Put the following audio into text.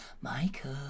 michael